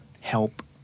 help